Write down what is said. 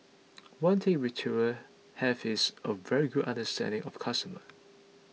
one thing retailer have is a very good understanding of customer